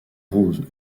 rose